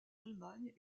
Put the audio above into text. allemagne